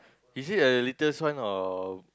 is it a latest one or